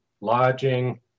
lodging